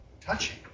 touching